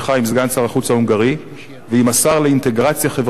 סגן שר החוץ ההונגרי ועם השר לאינטגרציה חברתית,